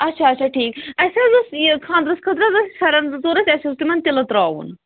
اچھا اچھا ٹھیٖک اَسہِ حظ اوس یہِ خانٛدرَس خٲطرٕ حظ ٲسۍ فیرَن زٕ ژور ٲسۍ اَسہِ اوس تِمَن تِلہٕ ترٛاوُن